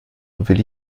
will